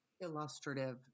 illustrative